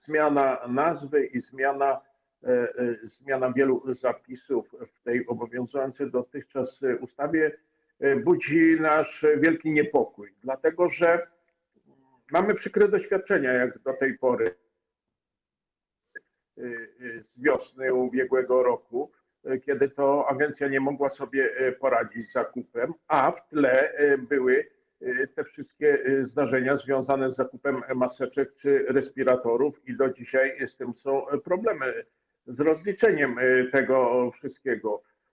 Zmiana nazwy i zmiana wielu zapisów w tej obowiązującej dotychczas ustawie budzi nasz wielki niepokój, dlatego że mamy jak do tej pory przykre doświadczenia z wiosny ubiegłego roku, kiedy to agencja nie mogła sobie poradzić z zakupem, a w tle były te wszystkie zdarzenia związane z zakupem maseczek czy respiratorów, i do dzisiaj z tym są problemy, z rozliczeniem tego wszystkiego.